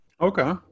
Okay